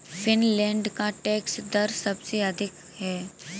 Finland का tax दर सबसे अधिक है